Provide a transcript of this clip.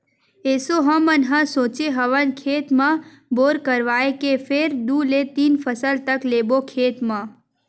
एसो हमन ह सोचे हवन खेत म बोर करवाए के फेर दू ले तीन फसल तक लेबो खेत म